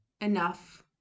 enough